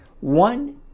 one